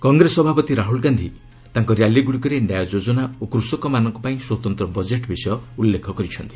କଂଗ୍ରେସ ସଭାପତି ରାହୁଲ ଗାନ୍ଧି ତାଙ୍କ ର୍ୟାଲିଗୁଡ଼ିକରେ ନ୍ୟାୟ ଯୋଜନା ଓ କୃଷକମାନଙ୍କ ପାଇଁ ସ୍ୱତନ୍ତ୍ର ବଜେଟ୍ ବିଷୟ ଉଲ୍ଲେଖ କରିଛନ୍ତି